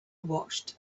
watched